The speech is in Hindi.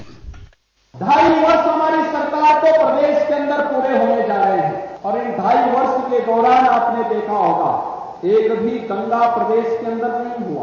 बाइट ढाई वर्ष हमारी सरकार के प्रदेश के अन्दर पूरे होने जा रहे हैं और इन ढाई वर्ष के दौरान आपने देखा होगा कि एक भी दंगा प्रदेश के अन्दर नहीं हुआ